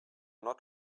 not